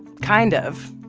kind of,